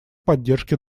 поддержке